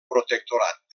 protectorat